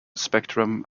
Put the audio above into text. spectrum